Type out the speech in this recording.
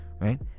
right